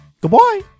Goodbye